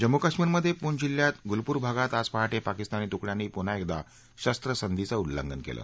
जम्मू कश्मीरमध्ये पूंछ जिल्ह्यात गुलपूर भागात आज पहाटे पाकिस्तानी तुकड्यांनी पुन्हा एकदा शस्त्रसंधीचं उल्लंघन केलं